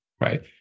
right